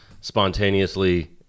spontaneously